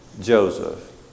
Joseph